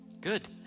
Good